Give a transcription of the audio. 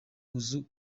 munsi